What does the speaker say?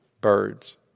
birds